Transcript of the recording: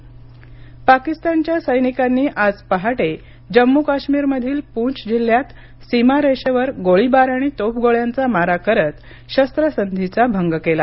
जम्म् काश्मीर चकमक पाकिस्तानच्या सैनिकांनी आज पहाटे जम्मू काश्मीरमधील पूंछ जिल्हयात सीमारेषेवर गोळीबार आणि तोफगोळ्यांचा मारा करत शस्त्रसंधीचा भंग केला